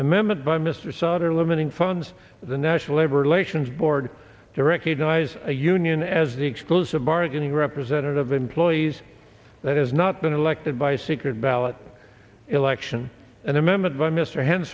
amendment by mr sutter limiting funds the national labor relations board to recognize a union as the exclusive bargaining representative in please that has not been elected by secret ballot election an amendment by mr hen